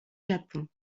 japon